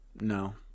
no